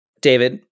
David